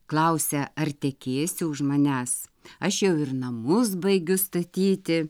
klausia ar tekėsi už manęs aš jau ir namus baigiu statyti